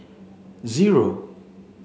zero